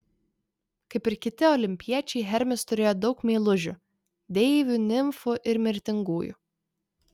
kaip ir kiti olimpiečiai hermis turėjo daug meilužių deivių nimfų ir mirtingųjų